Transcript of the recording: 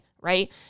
right